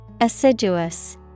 Assiduous